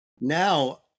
Now